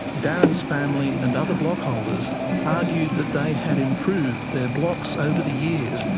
darren's family and other block holders argued that they had improved their blocks over the years,